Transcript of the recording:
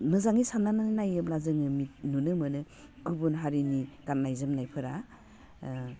मोजाङै साननानै नायोब्ला जोङो नुनो मोनो गुबुन हारिनि गान्नाय जोमनायफोरा